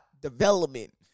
development